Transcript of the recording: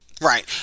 Right